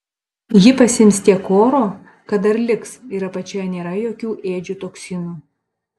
ji pasiims tiek oro kad dar liks ir apačioje nėra jokių ėdžių toksinų